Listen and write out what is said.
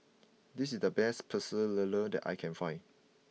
this is the best Pecel Lele that I can find